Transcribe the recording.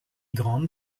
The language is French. grant